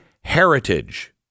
heritage